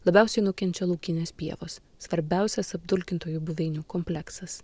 labiausiai nukenčia laukinės pievos svarbiausias apdulkintojų buveinių kompleksas